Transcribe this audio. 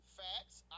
facts